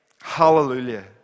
hallelujah